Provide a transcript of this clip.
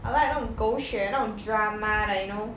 I like 那种狗血那种 drama like you know